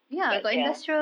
but ya